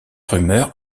rumeur